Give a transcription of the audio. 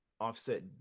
Offset